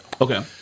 Okay